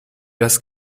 das